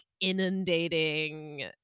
inundating